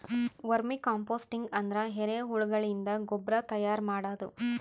vermi composting ಅಂದ್ರ ಎರಿಹುಳಗಳಿಂದ ಗೊಬ್ರಾ ತೈಯಾರ್ ಮಾಡದು